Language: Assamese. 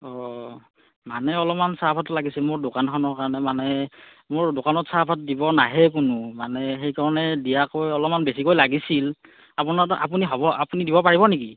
অ মানে অলপমান চাহপাত লাগিছিল মোৰ দোকানখনৰ কাৰণে মানে মোৰ দোকানত চাহপাত দিব নাহে কোনো মানে সেইকাৰণে দিয়াকৈ অলপমান বেছিকৈ লাগিছিল আপোনাৰতো আপুনি হ'ব আপুনি দিব পাৰিব নেকি